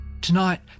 Tonight